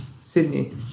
Sydney